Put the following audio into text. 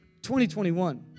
2021